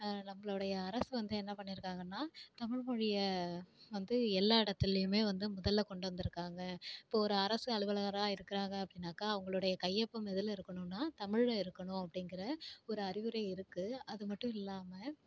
நம்பளுடைய அரசு வந்து என்ன பண்ணியிருக்காங்கன்னா தமிழ்மொழியை வந்து எல்லா இடத்திலையுமே வந்து முதலில் கொண்டு வந்திருக்காங்க இப்போ ஒரு அரசு அலுவலகராக இருக்கிறாங்க அப்படின்னாக்கா அவங்களுடைய கையொப்பம் எதில் இருக்கணும்னால் தமிழில் இருக்கணும் அப்படிங்கற ஒரு அறிவுரை இருக்குது அது மட்டும் இல்லாமல்